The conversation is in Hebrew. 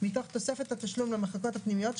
מתוך תוספת התשלום למחלקות הפנימיות,